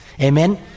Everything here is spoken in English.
Amen